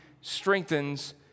strengthens